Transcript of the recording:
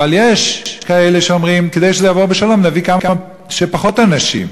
אבל יש כאלה שאומרים: כדי שזה יעבור בשלום נביא כמה שפחות אנשים,